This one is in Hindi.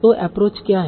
तो एप्रोच क्या है